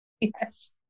Yes